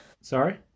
Sorry